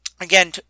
again